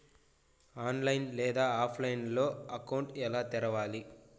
online లేదా ఆఫ్లైన్లో account ఎలా తెరవాలి